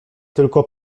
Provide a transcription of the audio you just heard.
tylko